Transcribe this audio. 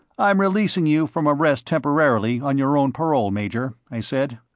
i'm releasing you from arrest temporarily on your own parole, major, i said.